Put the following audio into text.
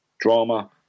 drama